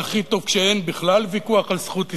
והכי טוב כשאין בכלל ויכוח על זכות היסטורית,